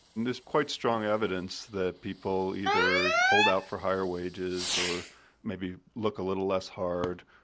there's quite strong evidence that people either hold out for higher wages or maybe look a little less hard.